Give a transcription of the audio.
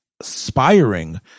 aspiring